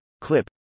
clip